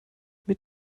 mit